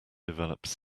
developed